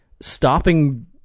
stopping